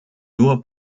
nur